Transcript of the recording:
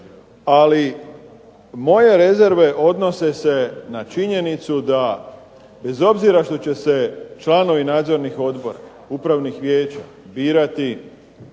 ali moje rezerve odnose se na činjenicu da bez obzira što će se članovi nadzornih odbora upravnih vijeća birati